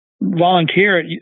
volunteer